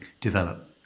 develop